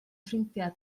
ffrindiau